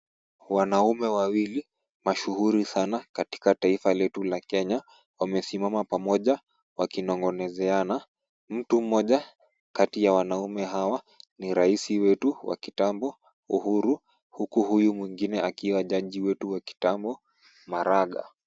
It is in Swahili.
Wanaume wawili mashughuli sana katika taifa letu la Kenya, wamesimama pamoja wakinong'onezeana. Mtu mmoja kati ya wanaume hawa ni rais wetu wa kitambo Uhuru, huku huyu mwingine akiwa jaji wetu wa kitambo Maraga.